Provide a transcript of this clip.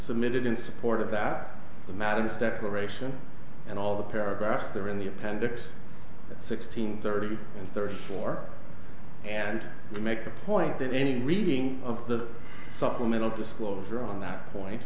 submitted in support of that the matter this declaration and all the paragraphs there in the appendix sixteen thirty and thirty four and we make the point that any reading of the supplemental disclosure on